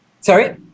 Sorry